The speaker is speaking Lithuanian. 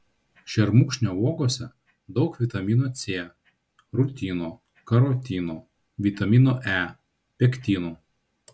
šermukšnio uogose daug vitamino c rutino karotino vitamino e pektinų